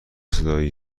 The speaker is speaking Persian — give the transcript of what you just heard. صدایی